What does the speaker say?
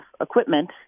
equipment